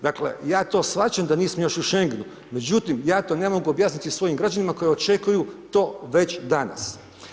Dakle, ja to shvaćam da nismo još u Šengenu, međutim, ja to ne mogu objasniti svojim građanima koji očekuju to već danas.